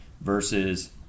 versus